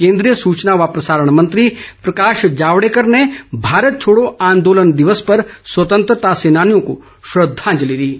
केन्द्रीय सूचना व प्रसारण मंत्री प्रकाश जावड़ेकर ने भारत छोड़ो आंदोलन दिवस पर स्वतंत्रता सेनानियों को श्रद्धांजलि दी है